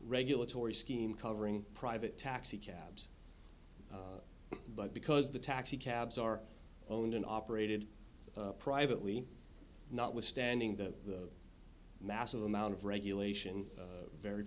regulatory scheme covering private taxicabs but because the taxi cabs are owned and operated privately notwithstanding the massive amount of regulation very